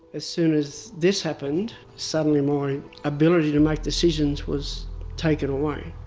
as soon as this happened suddenly my ability to make decisions was taken away